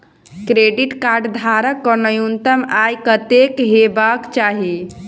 Credit card धारक कऽ न्यूनतम आय कत्तेक हेबाक चाहि?